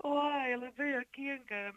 uoj labai juokinga